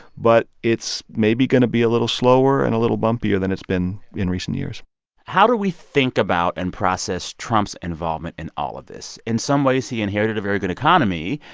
but it's maybe going to be a little slower and a little bumpier than it's been in recent years how do we think about and process trump's involvement in all of this? in some ways, he inherited a very good economy.